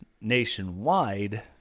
nationwide